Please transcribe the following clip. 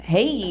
Hey